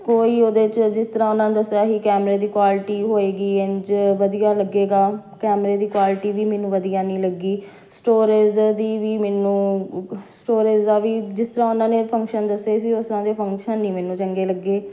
ਕੋਈ ਉਹਦੇ 'ਚ ਜਿਸ ਤਰ੍ਹਾਂ ਉਹਨਾਂ ਦੱਸਿਆ ਸੀ ਕੈਮਰੇ ਦੀ ਕੁਆਲਿਟੀ ਹੋਏਗੀ ਇੰਝ ਵਧੀਆ ਲੱਗੇਗਾ ਕੈਮਰੇ ਦੀ ਕੁਆਲਿਟੀ ਵੀ ਮੈਨੂੰ ਵਧੀਆ ਨਹੀਂ ਲੱਗੀ ਸਟੋਰੇਜ ਦੀ ਵੀ ਮੈਨੂੰ ਸਟੋਰੇਜ ਦਾ ਵੀ ਜਿਸ ਤਰ੍ਹਾਂ ਉਹਨਾਂ ਨੇ ਫੰਕਸ਼ਨ ਦੱਸੇ ਸੀ ਉਸ ਤਰ੍ਹਾਂ ਦੇ ਫੰਕਸ਼ਨ ਨਹੀਂ ਮੈਨੂੰ ਚੰਗੇ ਲੱਗੇ